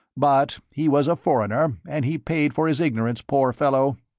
but he was a foreigner, and he paid for his ignorance, poor fellow.